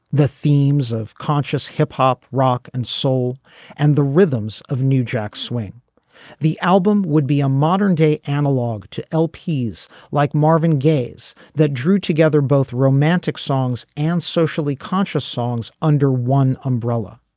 the themes of conscious hip hop rock and soul and the rhythms of new jack swing the album would be a modern day analogue to lp he's like marvin gaye's that drew together both romantic songs and socially conscious songs under one umbrella.